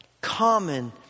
common